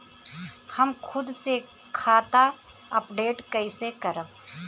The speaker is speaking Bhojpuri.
हम खुद से खाता अपडेट कइसे करब?